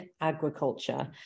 agriculture